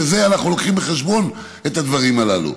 ואנחנו לוקחים בחשבון את הדברים הללו,